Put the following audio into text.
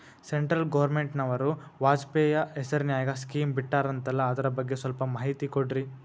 Central ಗವರ್ನಮೆಂಟನವರು ವಾಜಪೇಯಿ ಹೇಸಿರಿನಾಗ್ಯಾ scheme ಬಿಟ್ಟಾರಂತಲ್ಲ ಅದರ ಬಗ್ಗೆ ಸ್ವಲ್ಪ ಮಾಹಿತಿ ಕೊಡ್ರಿ?